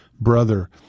brother